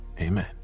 amen